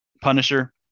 Punisher